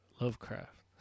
Lovecraft